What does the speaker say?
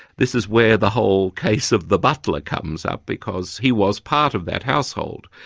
this is where the whole case of the butler comes up, because he was part of that household.